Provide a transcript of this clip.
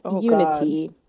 unity